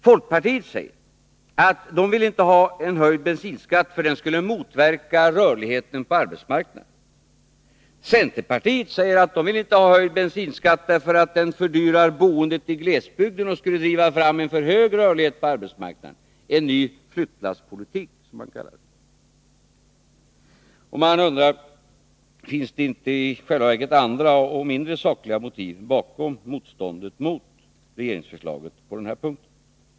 Folkpartiet säger att man inte vill ha en höjd bensinskatt — det skulle motverka rörligheten på arbetsmarknaden. Centern säger att man inte vill ha höjd bensinskatt därför att det fördyrar boendet i glesbygden och skulle driva fram en för hög rörlighet på arbetsmarknaden, en ny flyttlasspolitik, som man kallar det. Jag undrar: Finns det inte i själva verket andra och mindre sakliga motiv bakom motståndet mot regeringsförslaget på den här punkten?